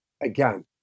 again